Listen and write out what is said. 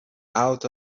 out